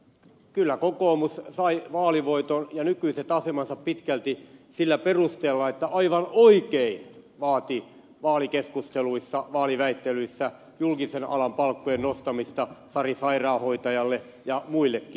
kyllä kokoomus sai vaalivoiton ja nykyiset asemansa pitkälti sillä perusteella että aivan oikein vaati vaalikeskusteluissa vaaliväittelyissä julkisen alan palkkojen nostamista sari sairaanhoitajalle ja muillekin